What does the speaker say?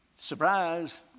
Surprise